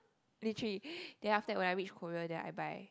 literally then after that when I reach Korea then I buy